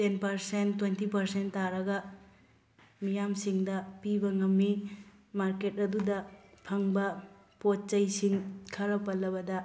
ten percent twenty percent ꯇꯥꯔꯒ ꯃꯤꯌꯥꯝꯁꯤꯡꯗ ꯄꯤꯕ ꯉꯝꯃꯤ ꯃꯥꯔꯀꯦꯠ ꯑꯗꯨꯗ ꯐꯪꯕ ꯄꯣꯠ ꯆꯩꯁꯤꯡ ꯈꯔ ꯄꯜꯂꯕꯗ